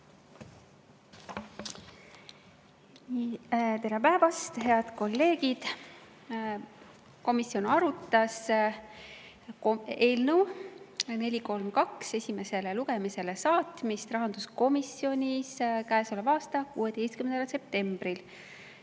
Tere päevast, head kolleegid! Komisjon arutas eelnõu 432 esimesele lugemisele saatmist rahanduskomisjonis käesoleva aasta 16. septembril.